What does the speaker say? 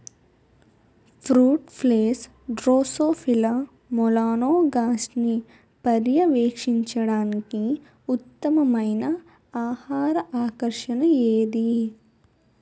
Fruit flies drosophila మెలనోగాస్టర్ని పర్యవేక్షించడానికి ఉత్తమమైన ఆహార ఆకర్షణ ఏది?